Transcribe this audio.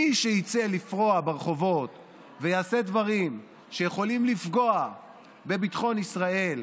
מי שיצא לפרוע ברחובות ויעשה דברים שיכולים לפגוע בביטחון ישראל,